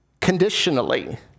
conditionally